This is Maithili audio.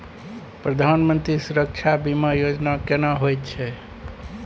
प्रधानमंत्री सुरक्षा बीमा योजना केना होय छै?